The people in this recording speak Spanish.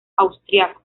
austriaco